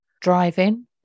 driving